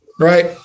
right